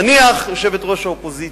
נניח יושבת-ראש האופוזיציה,